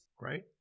Right